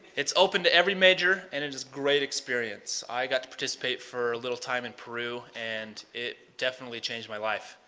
it's open to every major, and it is a great experience. i got to participate for a little time in peru, and it definitely changed my life,